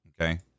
okay